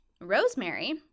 Rosemary